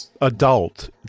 adult